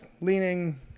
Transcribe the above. leaning